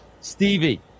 Stevie